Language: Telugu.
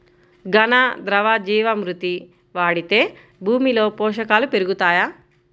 ఘన, ద్రవ జీవా మృతి వాడితే భూమిలో పోషకాలు పెరుగుతాయా?